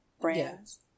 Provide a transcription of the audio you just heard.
brands